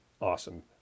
awesome